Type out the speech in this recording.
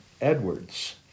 Edwards